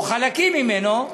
או חלקים ממנו,